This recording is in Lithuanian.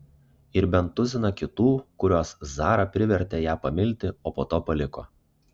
ir bent tuziną kitų kuriuos zara privertė ją pamilti o po to paliko